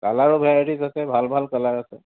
কালাৰো varieties আছে ভাল ভাল কালাৰ আছে